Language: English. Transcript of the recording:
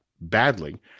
badly